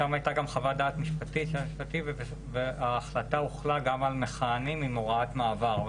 שם הייתה גם חוות דעת משפטית וההחלטה הוחלה גם על מכהנים עם הוראת מעבר.